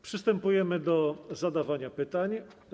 Przystępujemy do zadawania pytań.